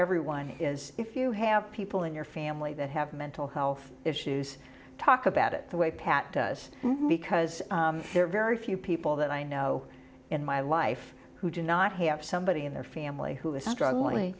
everyone is if you have people in your family that have mental health issues talk about it the way pat does because there are very few people that i know and my wife who do not have somebody in their family who is struggling